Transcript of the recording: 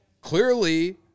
clearly